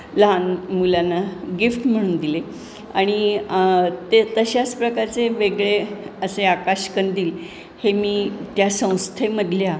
लहान मुलांना गिफ्ट म्हणून दिले आणि ते तशाच प्रकारचे वेगळे असे आकाश कंदील हे मी त्या संस्थेमधल्या